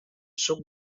suc